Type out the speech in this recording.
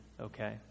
Okay